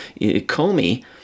Comey